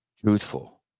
truthful